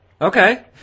Okay